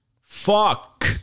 Fuck